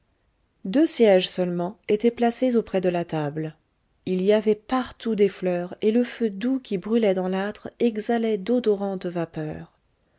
deux sièges seulement étaient placés auprès de la table il y avait partout des fleurs et le feu doux qui brûlait dans l'âtre exhalait d'odorantes vapeurs